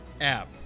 app